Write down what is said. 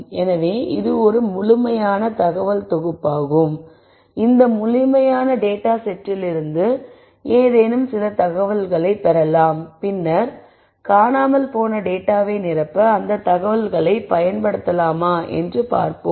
எனவே இது ஒரு முழுமையான தகவல் தொகுப்பாகும் எனவே இந்தத் முழுமையான டேட்டா செட்டிலிருந்து ஏதேனும் சில தகவல்களை பெறலாம் பின்னர் காணாமல் போன டேட்டாவை நிரப்ப அந்த தகவலைப் பயன்படுத்தலாமா என்று பார்க்கலாம்